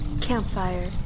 Campfire